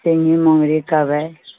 सिंघी मुङ्गरी कवइ